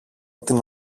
την